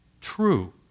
true